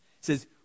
says